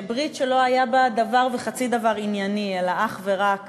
ברית שלא היה בה דבר וחצי דבר ענייני אלא אך ורק